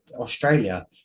Australia